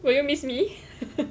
will you miss me